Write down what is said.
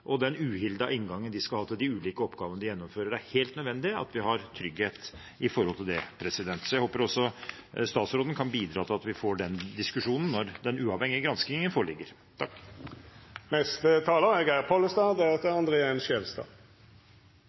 og den uhildede inngangen de skal ha til de ulike oppgavene de gjennomfører. Det er helt nødvendig at vi har trygghet for det. Så jeg håper også statsråden kan bidra til at vi får den diskusjonen når den uavhengige granskingen foreligger. Norsk mat skal vere trygg mat, og me skal ha god dyrevelferd i Noreg. Då treng me eit fungerande mattilsyn. Det er